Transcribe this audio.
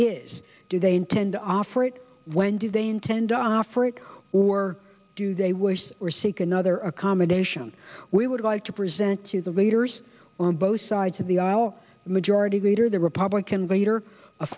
is do they intend to offer it when do they intend on africa or do they wish or seek another accommodation we would like to present to the leaders on both sides of the aisle the majority leader the republican leader a